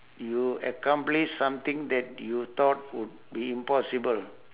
you accomplish something that you thought would be impossible